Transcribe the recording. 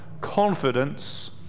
confidence